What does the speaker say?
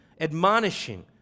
admonishing